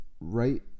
right